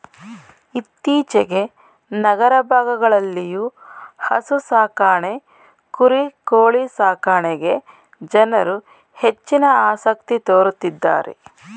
ಇತ್ತೀಚೆಗೆ ನಗರ ಭಾಗಗಳಲ್ಲಿಯೂ ಹಸು ಸಾಕಾಣೆ ಕುರಿ ಕೋಳಿ ಸಾಕಣೆಗೆ ಜನರು ಹೆಚ್ಚಿನ ಆಸಕ್ತಿ ತೋರುತ್ತಿದ್ದಾರೆ